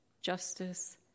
justice